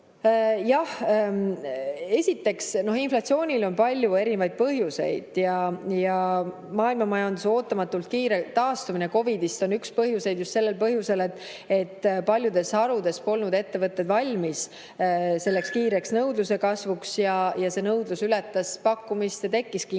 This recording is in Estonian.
Esiteks, inflatsioonil on palju erinevaid põhjuseid ja maailmamajanduse ootamatult kiire taastumine COVID-ist on üks põhjuseid just sellel põhjusel, et paljudes harudes polnud ettevõtted valmis kiireks nõudluse kasvuks. Nõudlus ületas pakkumise ja tekkiski hinnasurve.